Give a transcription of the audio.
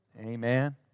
amen